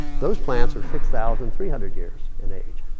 those plants are six thousand three hundred years in age.